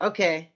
Okay